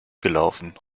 gelaufen